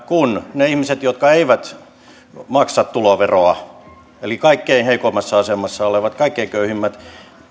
kun ne ihmiset jotka eivät maksa tuloveroa eli kaikkein heikoimmassa asemassa olevat kaikkein köyhimmät